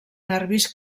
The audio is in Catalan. nervis